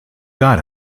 got